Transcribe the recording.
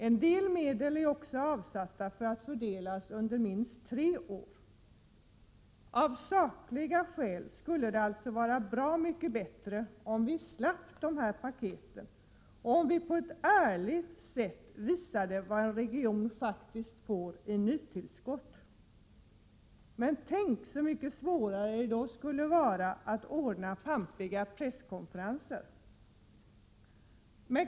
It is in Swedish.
En del medel är också avsatta för att fördelas under minst tre år. Av sakliga skäl skulle det alltså vara bra mycket bättre om vi slapp dessa paket och att det på ett ärligt sätt kunde visas vad en region faktiskt får i nytillskott. Men tänk så mycket svårare det då skulle vara att ordna pampiga presskonferenser!